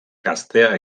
gaztea